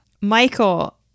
Michael